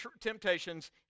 temptations